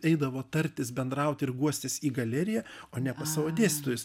eidavo tartis bendrauti ir guostis į galeriją o ne pas savo dėstytojus